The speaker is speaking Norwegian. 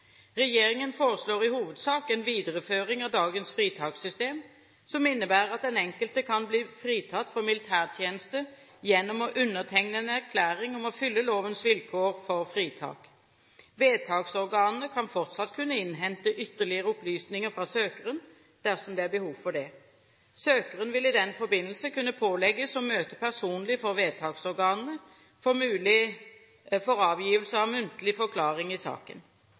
Regjeringen foreslår i hovedsak en videreføring av dagens fritakssystem, som innebærer at den enkelte kan bli fritatt for militærtjeneste gjennom å undertegne en erklæring om å fylle lovens vilkår for fritak. Vedtaksorganene skal fortsatt kunne innhente ytterligere opplysninger fra søkeren dersom det er behov for det. Søkeren vil i den forbindelse kunne pålegges å møte personlig for vedtaksorganene for avgivelse av muntlig forklaring i saken.